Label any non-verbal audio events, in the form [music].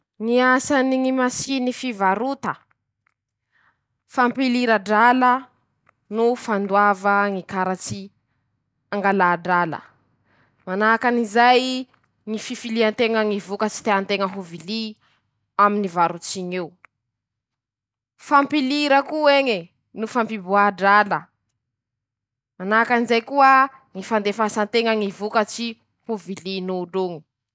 Ñy asany ñy [shushes] masiny fivarota: -Fampilira drala no fandoava ñy karatsy [shushes] angalà drala ;manahaky anizay ñy fifilian-teña ñy vokatsy tean-teña ho vily aminy varotsy iñy eo ;fampilira ko'eñe no fampiboaha drala [shushes] ;manahaky anizay koa ñy fandefasan-teña ñy vokatsy ho vilin'olo oñy.